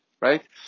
Right